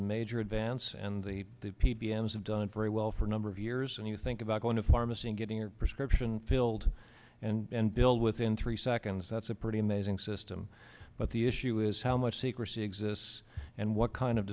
a major advance and the p b s have done very well for a number of years and you think about going to pharmacy and getting your prescription filled and bill within three seconds that's a pretty amazing system but the issue is how much secrecy exists and what kind of